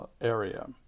area